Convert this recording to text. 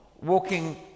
walking